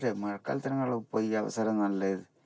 മഴക്കാലത്തിനേക്കാളും ഇപ്പം ഈ അവസരം നല്ലത്